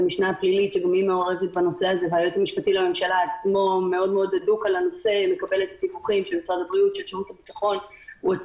בנושא הזה של פגיעה שמצדיקה תכלית אני